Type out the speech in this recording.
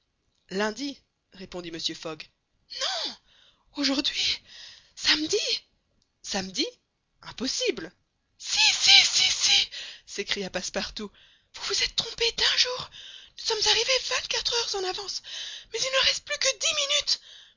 lundi répondit mr fogg non aujourd'hui samedi samedi impossible si si si si s'écria passepartout vous vous êtes trompé d'un jour nous sommes arrivés vingt-quatre heures en avance mais il ne reste plus que dix minutes